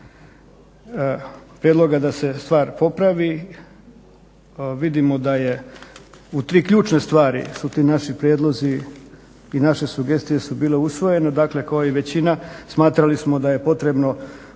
prijedloga da se stvar popravi. Vidimo da je u tri ključne stvari su ti naši prijedlozi i naše sugestije su bile usvojene. Dakle, kao i većina smatrali smo da je potrebno